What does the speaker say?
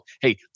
Hey